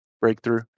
breakthrough